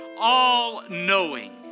all-knowing